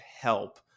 help